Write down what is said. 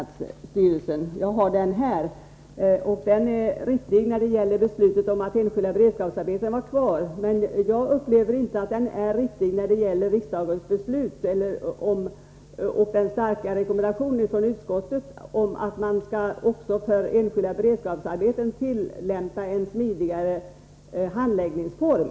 Jag har den här. Den är riktig när det gäller beslutet om att enskilda beredskapsarbeten finns kvar. Men jag tycker inte att den är riktig när det gäller den starka rekommendationen från utskottet att man även för enskilda beredskapsarbeten skall tillämpa en smidigare handläggningsform.